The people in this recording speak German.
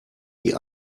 die